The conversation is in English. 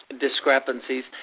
discrepancies